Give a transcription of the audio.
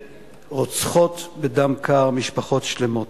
שרוצחות בדם קר משפחות שלמות.